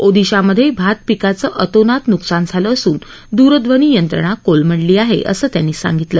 ओदिशामधे भात पिकांचं अतोनात न्कसान झालं असून द्रध्वनी यंत्रणा कोलमडली आहे असं त्यांनी सांगितलं